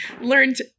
learned